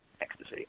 ecstasy